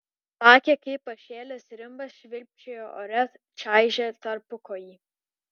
plakė kaip pašėlęs rimbas švilpčiojo ore čaižė tarpukojį